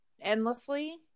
endlessly